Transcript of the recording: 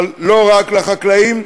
אבל לא רק לחקלאים,